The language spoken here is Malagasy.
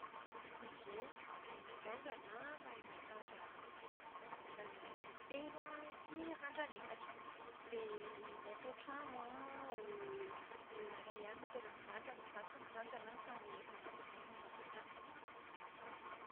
Ie, mahay mandrandrana aho, mahay mandrandrana telo an, sy randran'efatra. Dia ny ato an-trano an, olona iray ihany no tena mirandrana. Izaho tsy dia mirandrana fa ny mpanampinay no mirandrana.